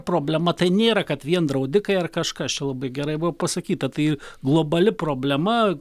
problema tai nėra kad vien draudikai ar kažkas čia labai gerai buvo pasakyta tai globali problema